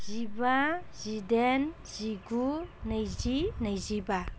जिबा जिदाइन जिगु नैजि नैजिबा